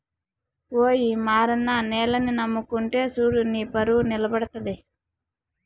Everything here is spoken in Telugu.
ఓయి మారన్న నేలని నమ్ముకుంటే సూడు నీపరువు నిలబడతది